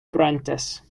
prentiss